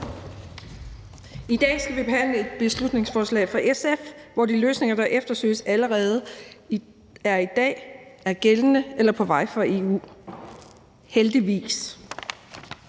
I dag skal vi behandle et beslutningsforslag fra SF, hvor de løsninger, der efterspørges, allerede i dag findes i gældende lovgivning eller er på vej fra EU – heldigvis.